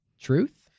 truth